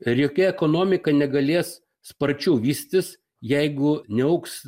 ir jokia ekonomika negalės sparčiau vystytis jeigu neaugs